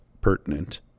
pertinent